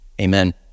Amen